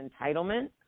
entitlement